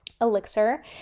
elixir